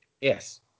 Yes